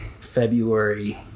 February